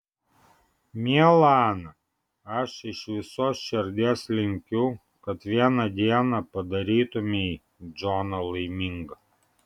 miela ana aš iš visos širdies linkiu kad vieną dieną padarytumei džoną laimingą